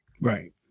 right